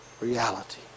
Reality